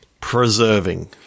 Preserving